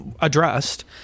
addressed